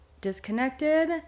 disconnected